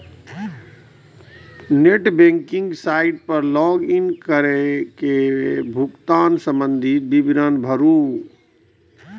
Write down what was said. net banking site पर log in कैर के भुगतान संबंधी विवरण भरू